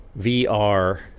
VR